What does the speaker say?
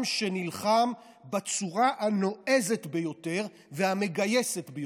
עם שנלחם בצורה הנועזת ביותר והמגייסת ביותר.